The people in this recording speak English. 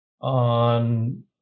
on